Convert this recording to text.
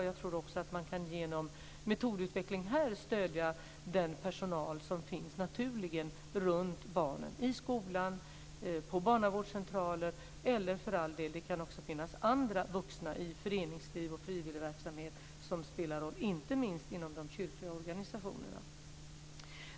Jag tror att man också här genom metodutveckling kan stödja den personal som finns naturligen runt barnen i skolan, på barnavårdcentraler eller för all del andra vuxna i föreningsliv och frivilligverksamhet som spelar en roll, inte minst inom de kyrkliga organisationerna.